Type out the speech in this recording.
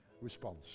response